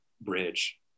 bridge